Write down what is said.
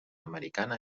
americana